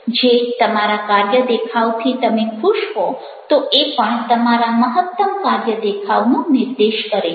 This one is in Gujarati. જો તમારા કાર્ય દેખાવથી તમે ખુશ હો તો એ પણ તમારા મહત્તમ દેખાવનો નિર્દેશ કરે છે